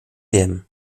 wiem